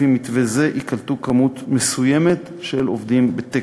לפי מתווה זה ייקלט מספר מסוים של עובדים בתקן.